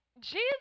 Jesus